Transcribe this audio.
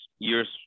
Years